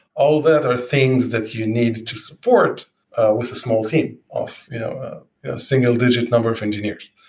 all that are things that you need to support with a small team of single digit number of engineers.